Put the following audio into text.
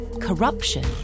corruption